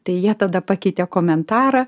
tai jie tada pakeitė komentarą